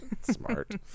smart